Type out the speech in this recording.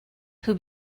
who